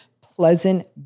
pleasant